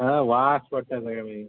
हय वास पडटा सगळे मागीर